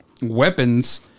weapons